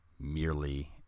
merely